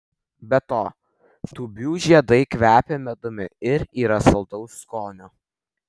be to tūbių žiedai kvepia medumi ir yra saldaus skonio